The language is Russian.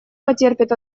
потерпит